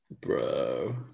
bro